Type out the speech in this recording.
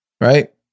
right